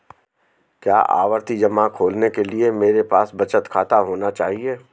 क्या आवर्ती जमा खोलने के लिए मेरे पास बचत खाता होना चाहिए?